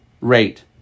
rate